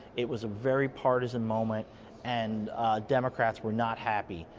it was a very partisan moment and democrats were not happy.